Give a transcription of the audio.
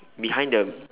behind the